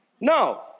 No